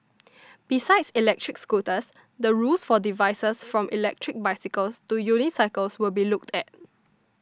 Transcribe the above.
besides electric scooters the rules for devices from electric bicycles to unicycles will be looked at